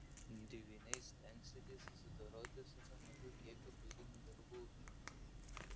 dvyniai stengsitės susidoroti su nemažu kiekiu buitinių darbų